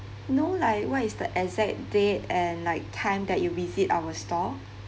know like what is the exact date and like time that you visit our store